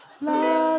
Love